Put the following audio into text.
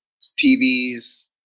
tvs